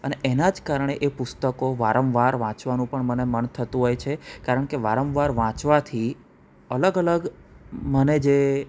અને એના જ કારણે એ પુસ્તકો વારંવાર વાંચવાનું પણ મને મન થતું હોય છે કારણ કે વારંવાર વાંચવાથી અલગ અલગ મને જે